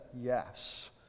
yes